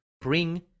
bring